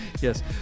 Yes